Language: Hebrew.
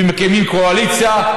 ומקימים קואליציה,